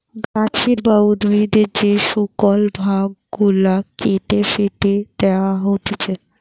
গাছের বা উদ্ভিদের যে শুকল ভাগ গুলা কেটে ফেটে দেয়া হতিছে